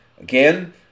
Again